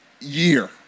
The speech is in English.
year